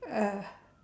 uh